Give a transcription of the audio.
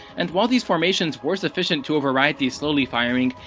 and while these formations were sufficient to override the slowly firing,